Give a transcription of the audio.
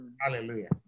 Hallelujah